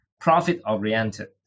Profit-oriented